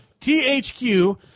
THQ